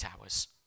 hours